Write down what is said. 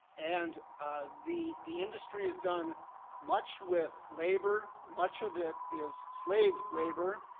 and the the industry has done much with labor much of it is slave labor.